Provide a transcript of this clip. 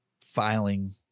filing